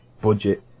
budget